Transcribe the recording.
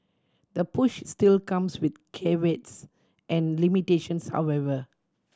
the push still comes with caveats and limitations however